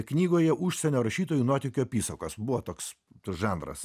knygoje užsienio rašytojų nuotykių apysakos buvo toks žanras